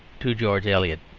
to george eliot.